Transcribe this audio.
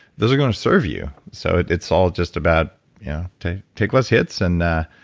those are going to serve you. so it's all just about to take less hits and